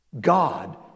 God